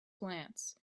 glance